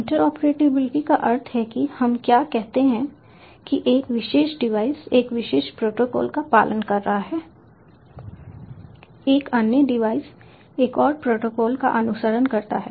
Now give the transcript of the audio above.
interoperability का अर्थ है कि हम क्या कहते हैं कि एक विशेष डिवाइस एक विशेष प्रोटोकॉल का पालन कर रहा है एक अन्य डिवाइस एक और प्रोटोकॉल का अनुसरण करता है